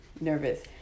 nervous